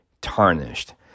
tarnished